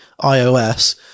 iOS